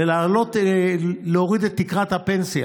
ולהוריד את תקרת הפנסיה